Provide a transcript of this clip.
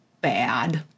bad